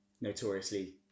notoriously